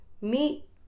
meet